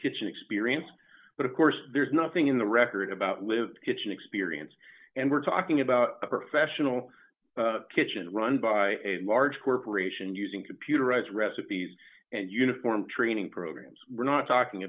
kitchen experience but of course there's nothing in the record about live kitchen experience and we're talking about a professional kitchen run by a large corporation using computerized recipes and uniform training programs we're not talking